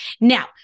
Now